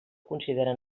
considera